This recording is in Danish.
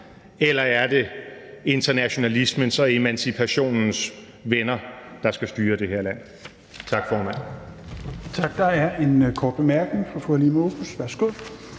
det er internationalismens og emancipationens venner, der skal styre det her land. Tak, formand.